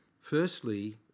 Firstly